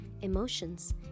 emotions